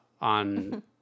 on